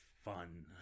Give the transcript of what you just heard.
Fun